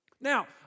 Now